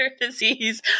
disease